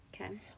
Okay